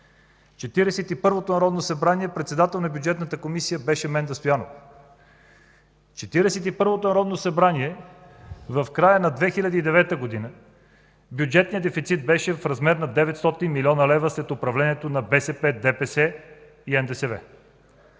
първото народно събрание председател на Бюджетната комисия беше Менда Стоянова. В Четиридесет и първото народно събрание в края на 2009 г. бюджетният дефицит беше в размер на 900 млн. лв. след управлението на БСП, ДПС и НДСВ.